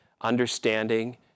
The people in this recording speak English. understanding